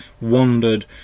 wandered